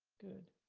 good.